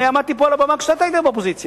ואני עמדתי פה על הבמה כשאתה היית באופוזיציה,